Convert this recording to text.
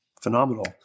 phenomenal